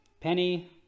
Penny